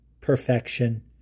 perfection